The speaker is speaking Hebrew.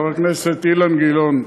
חבר הכנסת אילן גילאון.